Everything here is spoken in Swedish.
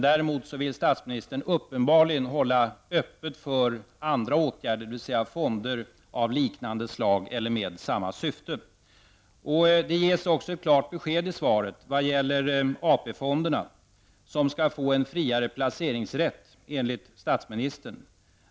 Däremot vill statsministern uppenbarligen hålla öppet för andra åtgärder, dvs. fonder av liknande slag eller med samma syfte. Det ges också ett klart besked i svaret när det gäller AP-fonderna. Dessa skall enligt statsministern få en friare placeringsrätt.